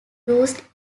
used